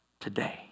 today